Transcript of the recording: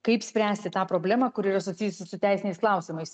kaip spręsti tą problemą kuri yra susijusi su teisiniais klausimais